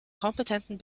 kompetenten